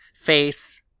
face